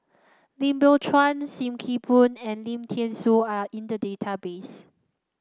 Lim Biow Chuan Sim Kee Boon and Lim Thean Soo are in the database